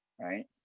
Right